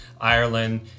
Ireland